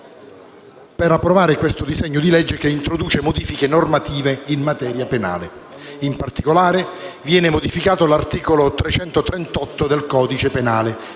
per approvare il disegno di legge in esame, che introduce modifiche normative in materia penale. In particolare viene modificato l'articolo 338 del codice penale,